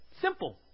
Simple